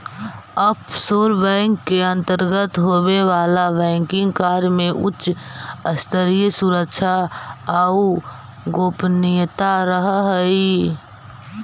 offshore bank के अंतर्गत होवे वाला बैंकिंग कार्य में उच्च स्तरीय सुरक्षा आउ गोपनीयता रहऽ हइ